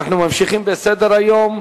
בעד,